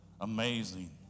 amazing